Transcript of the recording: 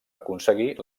aconseguir